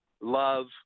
love